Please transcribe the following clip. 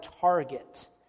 target